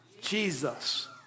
Jesus